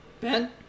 Ben